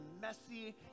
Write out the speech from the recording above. messy